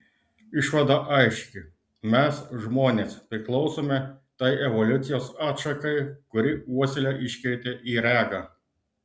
išvada aiški mes žmonės priklausome tai evoliucijos atšakai kuri uoslę iškeitė į regą